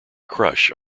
crush